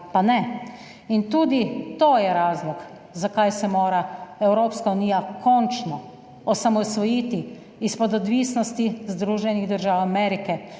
pa ne. In tudi to je razlog, zakaj se mora Evropska unija končno osamosvojiti izpod odvisnosti Združenih držav Amerike,